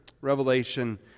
Revelation